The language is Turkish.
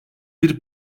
bir